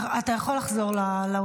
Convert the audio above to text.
גברתי היושבת בראש --- אתה יכול לחזור לאולם.